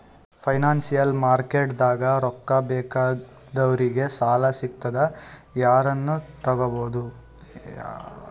financial ಮಾರ್ಕೆಟ್ದಾಗ್ ರೊಕ್ಕಾ ಬೇಕಾದವ್ರಿಗ್ ಸಾಲ ಸಿಗ್ತದ್ ಯಾರನು ತಗೋಬಹುದ್